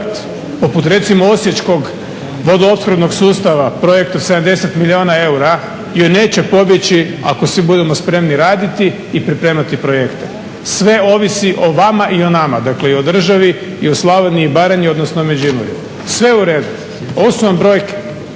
poput recimo Osječkog vodoopskrbnog sustava projekta od 70 milijuna eura joj neće pobjeći ako svi budemo spremni raditi i pripremati projekte. Sve ovisi o vama i o nama dakle i o državi i o Slavoniji i Baranji odnosno Međimurju, sve u redu. Ovo su vam brojke,